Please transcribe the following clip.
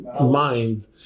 mind